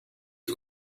die